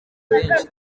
benshi